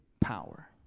power